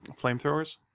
flamethrowers